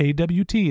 AWT